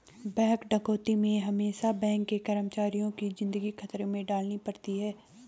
bank डकैती में हमेसा बैंक के कर्मचारियों को जिंदगी खतरे में डालनी पड़ती है